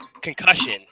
concussion